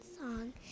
song